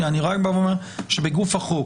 אני רק בא ואומר שבגוף החוק